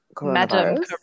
Madam